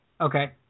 Okay